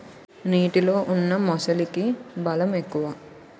నీటిలో ఉన్న మొసలికి బలం ఎక్కువ